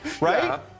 right